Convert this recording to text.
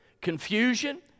confusion